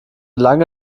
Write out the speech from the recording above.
lange